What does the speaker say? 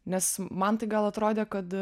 nes man tai gal atrodė kad